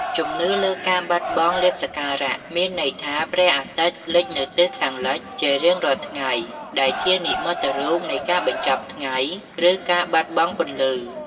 ជំនឿលើការបាត់បង់លាភសក្ការៈ មានន័យថាព្រះអាទិត្យលិចនៅទិសខាងលិចជារៀងរាល់ថ្ងៃ ដែលជានិមិត្តរូបនៃការបញ្ចប់ថ្ងៃ ឬការបាត់បង់ពន្លឺ។